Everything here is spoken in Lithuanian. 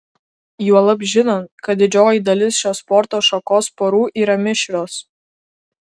juolab žinant kad didžioji dalis šios sporto šakos porų yra mišrios